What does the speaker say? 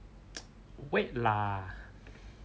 wait lah